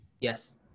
Yes